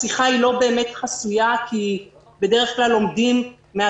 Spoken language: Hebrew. השיחה לא באמת חסויה כי בדרך כלל עומדים מן